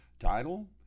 Title